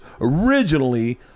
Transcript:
originally